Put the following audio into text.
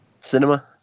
Cinema